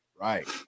Right